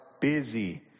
busy